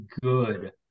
good –